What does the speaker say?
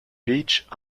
beach